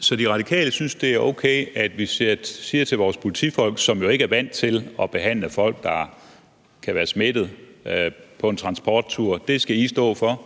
Så De Radikale synes, det er okay, at vi siger til vores politifolk, som jo ikke er vant til at behandle folk, der kan være smittet på en transporttur: Det skal I stå for.